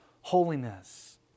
holiness